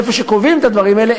איפה שקובעים את הדברים האלה,